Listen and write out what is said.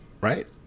Right